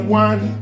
one